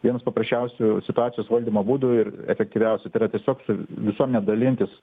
vienas paprasčiausių situacijos valdymo būdų ir efektyviausia tai yra tiesiog su visuomene dalintis